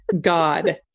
God